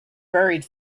buried